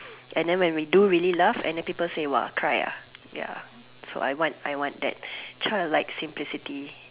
and then when we do really laugh and then people say !wah! cry ah ya so I want I want that child like simplicity